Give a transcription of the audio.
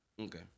Okay